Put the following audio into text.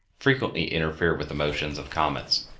frequently interfere with the motions of comets.